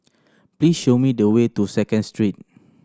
please show me the way to Second Street